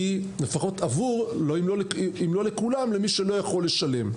אם לא לכולם אז למי שלא יכול לשלם.